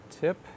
tip